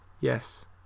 Yes